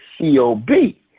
C-O-B